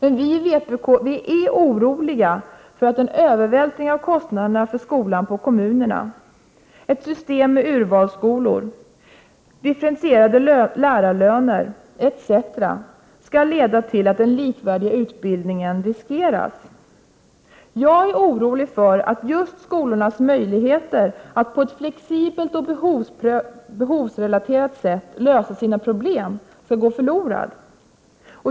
Vi i vpk är oroliga för att en övervältring av kostnaderna för skolan på kommunerna, ett system med urvalsskolor, differentierade lärarlöner etc. skall leda till att den likvärdiga utbildningen riskeras. Jag är orolig för att just skolornas möjligheter att på ett flexibelt och behovsrelaterat sätt lösa sina problem skall gå förlorade.